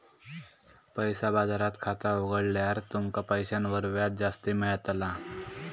पैसा बाजारात खाता उघडल्यार तुमका पैशांवर व्याज जास्ती मेळताला